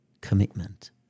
commitment